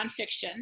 nonfiction